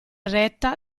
retta